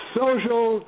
social